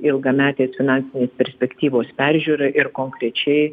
ilgametės finansinės perspektyvos peržiūra ir konkrečiai